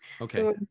Okay